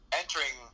entering